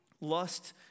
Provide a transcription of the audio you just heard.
Lust